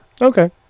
Okay